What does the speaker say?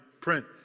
print